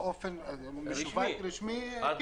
באופן רשמי, כן.